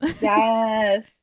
Yes